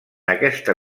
aquesta